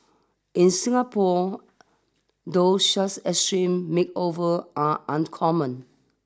in Singapore though such extreme makeover are uncommon